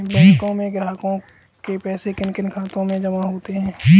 बैंकों में ग्राहकों के पैसे किन किन खातों में जमा होते हैं?